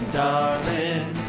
darling